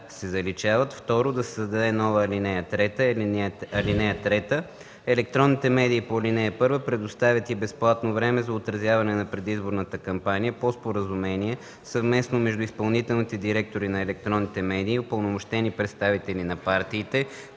се заличават. 2. Да се създаде нова ал. 3: „(3) Електронните медии по ал. 1 предоставят и безплатно време за отразяване на предизборната кампания по споразумение съвместно между изпълнителните директори на електронните медии и упълномощени представители на партиите,